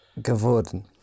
geworden